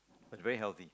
but very healthy